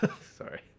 sorry